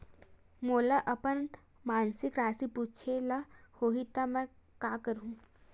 मोला अपन मासिक राशि पूछे ल होही त मैं का करहु?